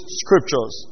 scriptures